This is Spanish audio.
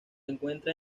encuentra